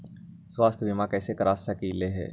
स्वाथ्य बीमा कैसे करा सकीले है?